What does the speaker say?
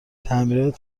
تعمیرات